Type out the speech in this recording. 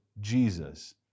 Jesus